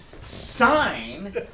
sign